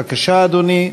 בבקשה, אדוני,